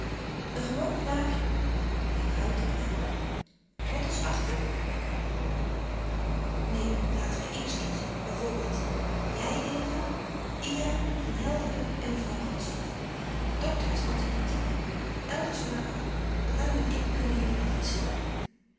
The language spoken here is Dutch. een gewoon knaapje een houten knaap met ons achten neen laten wij eerst kiezen bijvoorbeeld jij eva ida van helderen en mevrouw rantzow de dokter is antipathiek el dersma ook de bruijn en ik kunnen jullie afwisselen